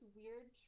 weird